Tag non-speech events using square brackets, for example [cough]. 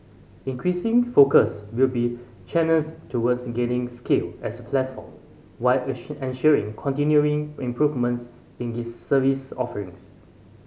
increasing focus will be channels towards gaining scale as a platform while [unintelligible] ensuring continuing improvements in its service offerings